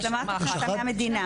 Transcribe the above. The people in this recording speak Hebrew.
יש רמה אחת השלמת הכנסה על ידי המדינה,